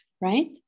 right